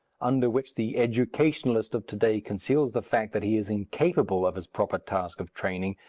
under which the educationalist of to-day conceals the fact that he is incapable of his proper task of training,